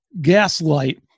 gaslight